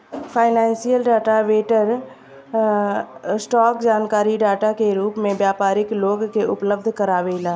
financial data vendor, stock जानकारी data के रूप में व्यापारी लोग के उपलब्ध कारावेला